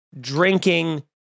drinking